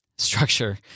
Structure